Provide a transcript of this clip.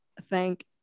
thank